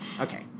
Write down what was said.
Okay